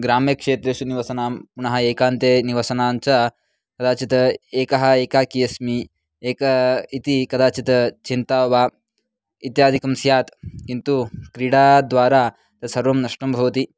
ग्राम्यक्षेत्रेषु निवसतां पुनः एकान्ते निवसताञ्च कदाचित् एकः एकाकी अस्मि एकः इति कदाचित् चिन्ता वा इत्यादिकं स्यात् किन्तु क्रीडाद्वारा तत्सर्वं नष्टं भवति